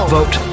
vote